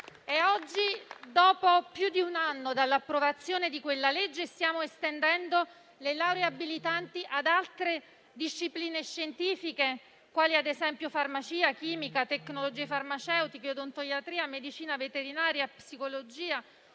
Oggi, dopo più di un anno dall'approvazione di quella legge, stiamo estendendo le lauree abilitanti ad altre discipline scientifiche quali, ad esempio, farmacia, chimica, tecnologie farmaceutiche, odontoiatria, medicina veterinaria, psicologia